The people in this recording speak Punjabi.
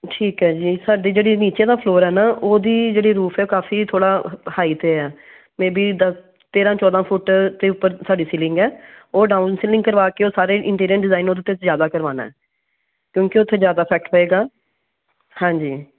ਠੀਕ ਹੈ ਜੀ ਸਾਡੀ ਜਿਹੜੀ ਨੀਚੇ ਦਾ ਫਲੋਰ ਹੈ ਨਾ ਉਹਦੀ ਜਿਹੜੀ ਰੂਫ ਹੈ ਕਾਫ਼ੀ ਥੋੜ੍ਹਾ ਹਾਈ 'ਤੇ ਹੈ ਮੇ ਬੀ ਦਾ ਤੇਰ੍ਹਾਂ ਚੌਦ੍ਹਾਂ ਫੁੱਟ 'ਤੇ ਉੱਪਰ ਸਾਡੀ ਸੀਲਿੰਗ ਹੈ ਉਹ ਡਾਊਨ ਸੀਲਿੰਗ ਕਰਵਾ ਕੇ ਉਹ ਸਾਰੇ ਇੰਟੀਰੀਅਰ ਡਿਜ਼ਾਇਨ ਉਹਦੇ 'ਤੇ ਜ਼ਿਆਦਾ ਕਰਵਾਉਣਾ ਕਿਉਂਕਿ ਉੱਥੇ ਜ਼ਿਆਦਾ ਫੈਕਟ ਪਏਗਾ ਹਾਂਜੀ